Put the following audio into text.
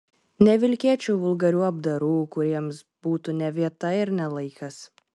nevilkėčiau vulgarių apdarų kuriems būtų ne vieta ir ne laikas